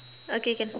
okay can